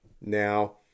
Now